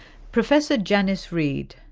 professor janice reid.